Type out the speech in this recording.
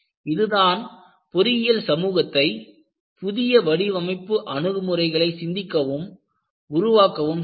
இதுதான் பொறியியல் சமூகத்தை புதிய வடிவமைப்பு அணுகுமுறைகளை சிந்திக்கவும் உருவாக்கவும் செய்தது